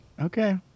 okay